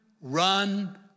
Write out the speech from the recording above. run